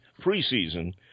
preseason